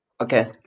Okay